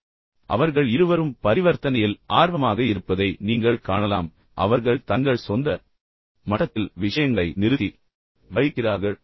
எனவே அவர்கள் இருவரும் பரிவர்த்தனையில் ஆர்வமாக இருப்பதை நீங்கள் காணலாம் ஆனால் அவர்கள் தங்கள் சொந்த மட்டத்தில் விஷயங்களை நிறுத்தி வைக்கிறார்கள்